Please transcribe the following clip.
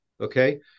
okay